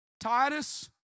Titus